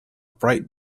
bright